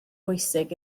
bwysig